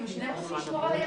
כי שניהם רוצים לשמור על הילד?